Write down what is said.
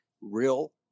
real